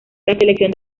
selección